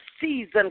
season